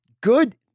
good